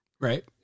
Right